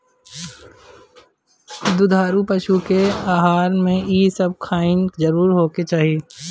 दुधारू पशु के आहार में इ सब खनिज जरुर होखे के चाही